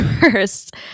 first